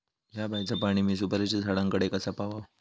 हया बायचा पाणी मी सुपारीच्या झाडान कडे कसा पावाव?